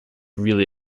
really